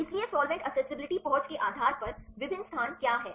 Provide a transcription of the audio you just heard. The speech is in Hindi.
इसलिए सॉल्वेंट एक्सेसिबिलिटी पहुंच के आधार पर विभिन्न स्थान क्या हैं